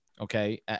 okay